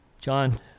John